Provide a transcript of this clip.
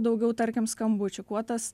daugiau tarkim skambučių kuo tas